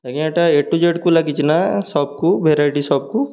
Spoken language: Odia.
ଆଜ୍ଞା ଏଟା ଏ ଟୁ ଜେଡ଼୍କୁ ଲାଗିଛି ନା ସପ୍କୁୁ ଭେରାଇଟି ସପ୍କୁ